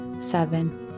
seven